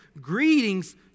greetings